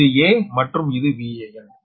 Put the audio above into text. இது A மற்றும் இது VAn